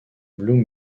blue